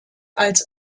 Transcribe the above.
als